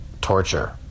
torture